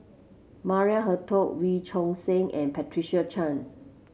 Maria Hertogh Wee Choon Seng and Patricia Chan